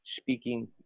speaking